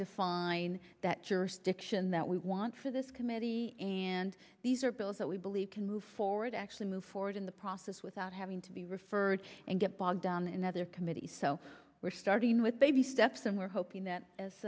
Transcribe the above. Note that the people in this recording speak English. define that jurisdiction that we want for this committee and these are bills that we believe can move forward actually move forward in the process without having to be referred and get bogged down in other committees so we're starting with baby steps and we're hoping that as